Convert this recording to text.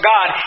God